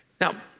Now